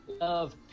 love